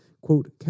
quote